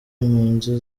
impunzi